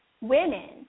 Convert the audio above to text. women